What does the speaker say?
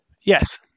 Yes